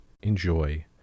Enjoy